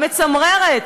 המצמררת,